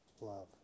love